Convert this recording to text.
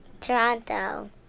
Toronto